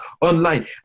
online